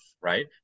Right